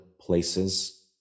places